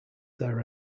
there